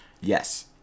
Yes